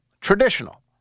traditional